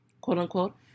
Quote-unquote